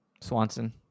Swanson